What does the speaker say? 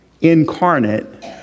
incarnate